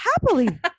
happily